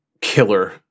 killer